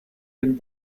den